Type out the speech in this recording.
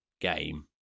game